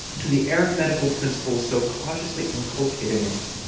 to the arithmetical principles so cautiously inculcated in it,